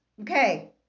okay